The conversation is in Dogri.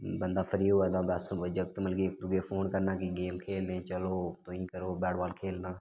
बंदा फ्री होऐ दा बस होंदा जागत मतलब कि इक दुए गी फोन करना कि गेम खेलने गी चलो तोहें गी करो बैट बॉल खेलना